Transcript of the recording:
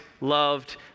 loved